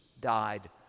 died